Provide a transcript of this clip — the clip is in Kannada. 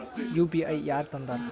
ಯು.ಪಿ.ಐ ಯಾರ್ ತಂದಾರ?